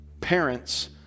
Parents